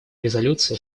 резолюции